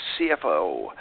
CFO